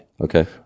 Okay